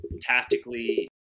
tactically